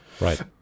Right